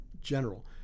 general